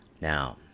now